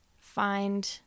find